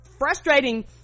frustrating